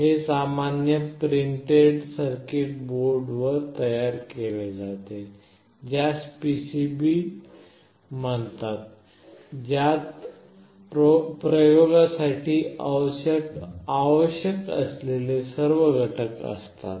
आणि हे सामान्यत प्रिंटेड सर्किट बोर्डवर तयार केले जाते ज्यास PCB म्हणतात ज्यात प्रयोगासाठी आवश्यक असलेले सर्व घटक असतात